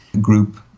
group